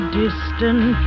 distant